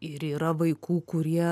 ir yra vaikų kurie